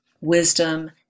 wisdom